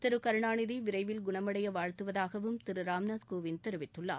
திரு கருணாநிதி விரைவில் குணமடைய வாழ்த்துவதாகவும் திரு ராம்நாத் கோவிந்த் தெரிவித்துள்ளார்